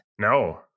No